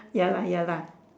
ya lah ya lah